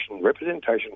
representation